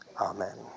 Amen